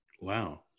Wow